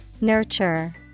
Nurture